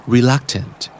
Reluctant